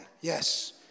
yes